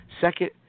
Second